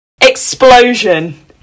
Explosion